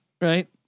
right